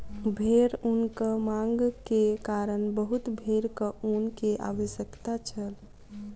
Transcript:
भेड़ ऊनक मांग के कारण बहुत भेड़क ऊन के आवश्यकता छल